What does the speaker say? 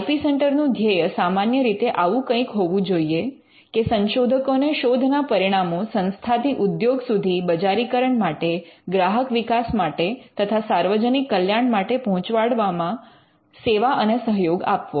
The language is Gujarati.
આઇ પી સેન્ટર નું ધ્યેય સામાન્ય રીતે આવું કંઇક હોવું જોઈએ કે સંશોધકોને શોધના પરિણામો સંસ્થાથી ઉદ્યોગ સુધી બજારીકરણ માટે ગ્રાહક વિકાસ માટે તથા સાર્વજનિક કલ્યાણ માટે પહોંચાડવામાં સેવા અને સહયોગ આપવો